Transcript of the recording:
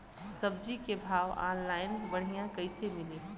सब्जी के भाव ऑनलाइन बढ़ियां कइसे मिली?